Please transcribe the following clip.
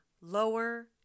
lower